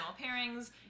pairings